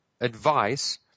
advice